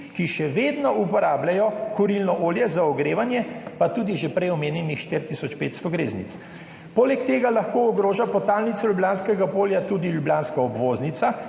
ki še vedno uporabljajo kurilno olje za ogrevanje, pa tudi že prej omenjenih 4 tisoč 500 greznic. Poleg tega lahko ogroža podtalnico Ljubljanskega polja tudi ljubljanska obvoznica,